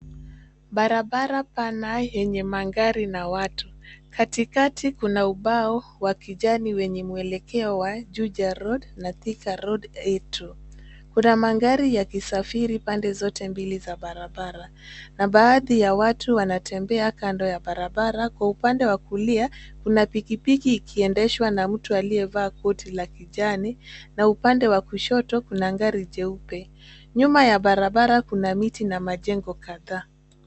Barabara pana yenye magari na watu. Katikati kuna ubao wa kijani wenye mwelekeo wa Juja Road na Thika Road A2. Kuna magari yakisafiri pande zote mbili za barabara na baadhi ya watu wanatembea kando ya barabara. Kwa upande wa kulia, kuna pikipiki ikiendeshwa na mtu aliyevaa koti la kijani na upande wa kushoto kuna gari jeupe. Nyuma ya barabara kuna miti na majengo kadhaa.